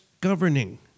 governing